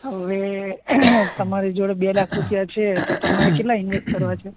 હવે તમારી જોડે બે લાખ રૂપિયા છે તો તમારે કેટલા ઇન્વેસ્ટ કરવા છે